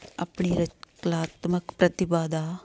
ਆਪਣੀ ਰਚ ਕਲਾਤਮਿਕ ਪ੍ਰਤਿਭਾ ਦਾ